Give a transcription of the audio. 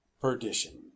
perdition